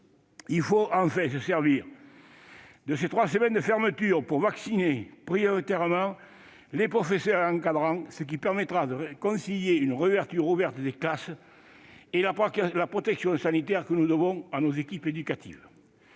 Il faut, enfin, se servir de ces trois semaines de fermeture pour vacciner prioritairement les professeurs et les encadrants, ce qui permettra de concilier une réouverture rapide des classes et la protection sanitaire que nous devons à nos équipes éducatives.